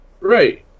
Right